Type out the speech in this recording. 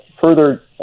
further